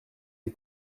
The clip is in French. les